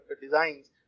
designs